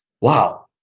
wow